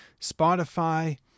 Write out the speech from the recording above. Spotify